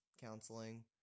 counseling